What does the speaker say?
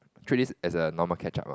treat this as a normal catch up lor